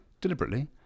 deliberately